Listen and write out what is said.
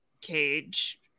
cage